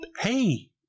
hey